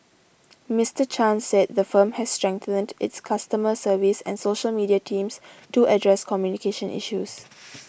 Mister Chan said the firm has strengthened its customer service and social media teams to address communication issues